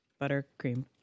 buttercream